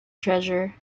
treasure